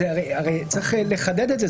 צריך לחדד את זה,